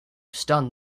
stunned